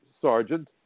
sergeant